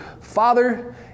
Father